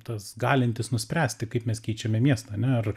tas galintis nuspręsti kaip mes keičiame miestą ane ar